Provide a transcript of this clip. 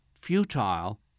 futile